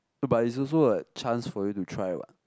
but it's also a chance for you to try what